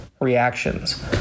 reactions